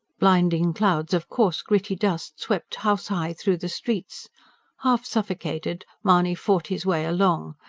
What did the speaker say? blinding clouds of coarse, gritty dust swept house-high through the streets half-suffocated, mahony fought his way along,